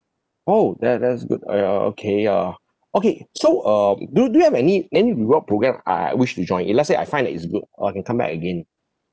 oh that that's good !aiya! okay uh okay so um do you do you have any any reward program I which to join if let's say I find that it's good or I can come back again